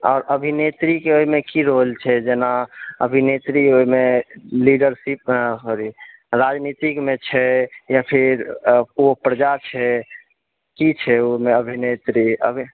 आओर अभिनेत्रीके ओहिमे की रोल छै जेना अभिनेत्री होलै लीडरशिप सॉरी राजनितिकमे छै या फिर ओ प्रजा छै की छै ओहिमे अभिनेत्री